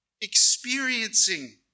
experiencing